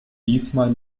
diesmal